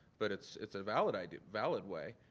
but it's it's a valid idea, a valid way,